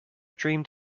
dreamed